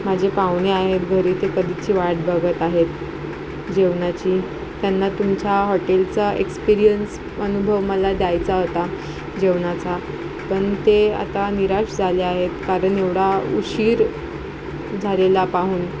माझे पाहुणे आहेत घरी ते कधीची वाट बघत आहेत जेवणाची त्यांना तुमच्या हॉटेलचा एक्सपिरियन्स अनुभव मला द्यायचा होता जेवणाचा पण ते आता निराश झाले आहेत कारण एवढा उशीर झालेला पाहून